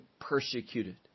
persecuted